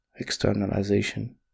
externalization